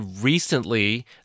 recently